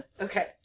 Okay